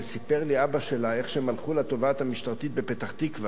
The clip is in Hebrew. וסיפר לי אבא שלה איך הם הלכו לתובעת המשטרתית בפתח-תקווה